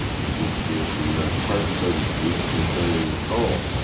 which is dear to your heart so to speak concerning the soul.